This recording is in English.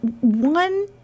one